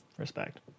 respect